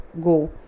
go